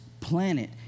planet